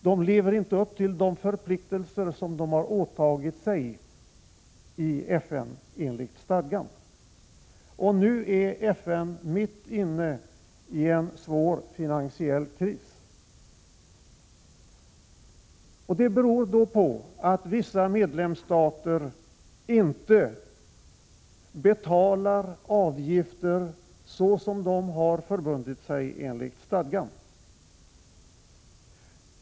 De lever inte upp till de förpliktelser som de åtagit sig i FN enligt stadgan. Nu är FN mitt inne i en svår finansiell kris. Det beror på att vissa medlemsstater inte betalar avgifter såsom de har förbundit sig enligt stadgan.